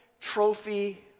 Trophy